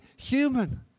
human